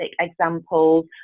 examples